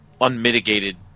unmitigated